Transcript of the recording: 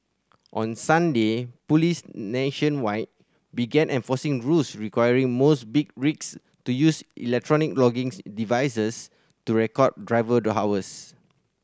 on Sunday police nationwide began enforcing rules requiring most big rigs to use electronic logging's devices to record driver the hours